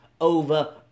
over